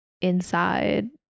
inside